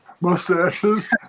mustaches